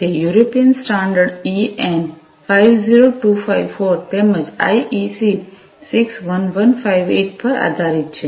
તે European standard ઈએન50254 તેમજ આઇઇસી 61158 પર આધારિત છે